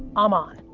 i'm on.